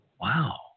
Wow